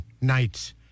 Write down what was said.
nights